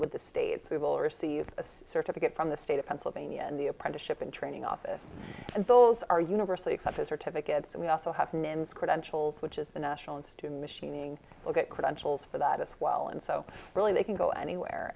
with the states we will receive a certificate from the state of pennsylvania and the apprenticeship and training office those are universally accepted certificates and we also have names credentials which is the national institute of machining look at credentials for that as well and so really they can go anywhere